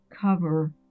cover